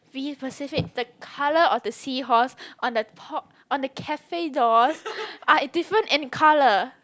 be specific the colour of the seahorse on the top on the cafe doors are in different in colour